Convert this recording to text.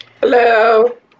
Hello